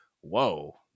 whoa